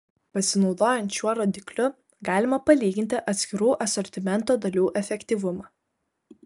pasinaudojant šiuo rodikliu galima palyginti atskirų asortimento dalių efektyvumą